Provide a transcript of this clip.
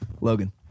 LOGAN